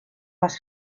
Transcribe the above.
más